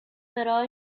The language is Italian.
però